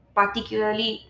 particularly